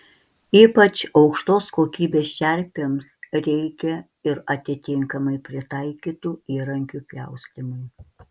ypač aukštos kokybės čerpėms reikia ir atitinkamai pritaikytų įrankių pjaustymui